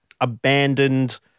abandoned